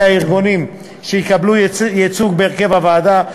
הארגונים שיקבלו ייצוג בהרכב הוועדה.